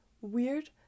weird